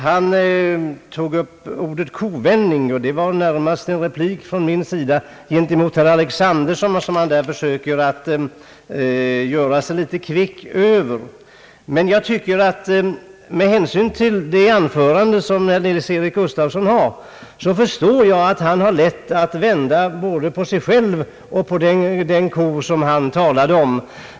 Han tog upp ordet »kovändning» — det var väl närmast en replik från mig till herr Alexanderson som han försökte göra sig litet kvick över. Med tanke på herr Nils-Eric Gustafssons anförande förstår jag att han har lätt för att vända både på sig själv och på den ko han talar om.